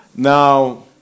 Now